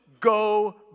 go